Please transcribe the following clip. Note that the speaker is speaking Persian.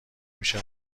میشه